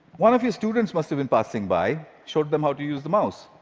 one of your students must have been passing by, showed them how to use the mouse.